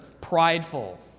prideful